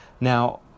Now